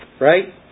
right